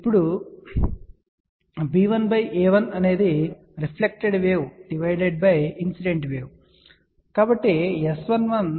ఇప్పుడుb1a1 అనేది reflected wave divided by incident wave తప్ప మరొకటి కాదు